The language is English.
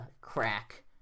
crack